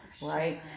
Right